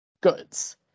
goods